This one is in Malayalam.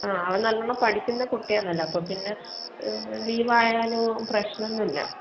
ആ അവൻ നല്ലവണ്ണം പഠിക്കുന്ന കുട്ടിയാണല്ലോ അപ്പോൾ പിന്നെ ലീവായാലും പ്രശ്നമൊന്നുമില്ല